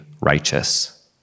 righteous